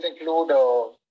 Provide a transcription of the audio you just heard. include